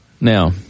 Now